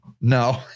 No